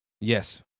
Yes